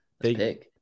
Big